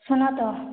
ଶୁନ ତ